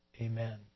Amen